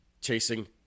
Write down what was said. chasing